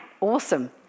awesome